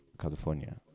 California